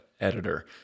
editor